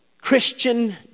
Christian